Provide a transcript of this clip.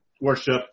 worship